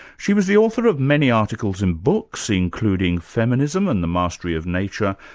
she was the author of many articles and books, including feminism and the mastery of nature,